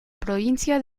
provincia